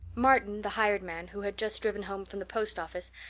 martin, the hired man, who had just driven home from the post office,